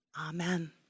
Amen